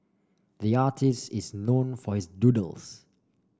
the artist is known for his doodles